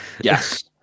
yes